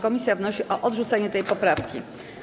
Komisja wnosi o odrzucenie tej poprawki.